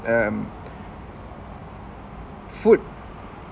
um food